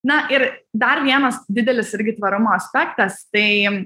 na ir dar vienas didelis irgi tvarumo aspektas tai